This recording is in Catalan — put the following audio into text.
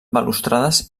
balustrades